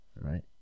Right